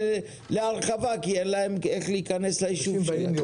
להרחבה כי אין להם איך להיכנס לישוב שלהם.